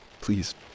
Please